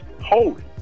holy